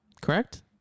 Correct